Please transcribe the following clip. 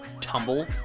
tumble